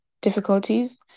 difficulties